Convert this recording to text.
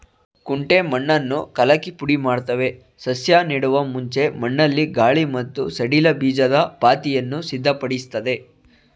ಕುಂಟೆ ಮಣ್ಣನ್ನು ಕಲಕಿ ಪುಡಿಮಾಡ್ತವೆ ಸಸ್ಯ ನೆಡುವ ಮುಂಚೆ ಮಣ್ಣಲ್ಲಿ ಗಾಳಿ ಮತ್ತು ಸಡಿಲ ಬೀಜದ ಪಾತಿಯನ್ನು ಸಿದ್ಧಪಡಿಸ್ತದೆ